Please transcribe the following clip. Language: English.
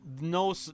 No